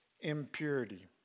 impurity